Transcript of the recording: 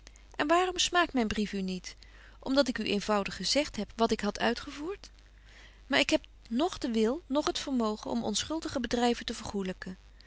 en waarom smaakt myn brief u niet om dat ik u eenvoudig gezegt heb wat ik had uitgevoert maar ik heb noch den wil noch het vermogen om onschuldige bedryven te